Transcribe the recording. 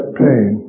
pain